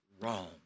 wrong